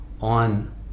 on